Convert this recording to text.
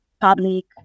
public